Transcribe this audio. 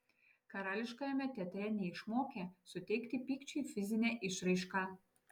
karališkajame teatre neišmokė suteikti pykčiui fizinę išraišką